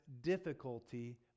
difficulty